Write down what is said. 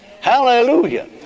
Hallelujah